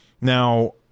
Now